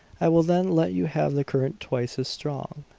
i will then let you have the current twice as strong!